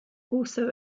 also